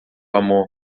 amor